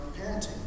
parenting